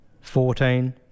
fourteen